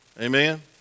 amen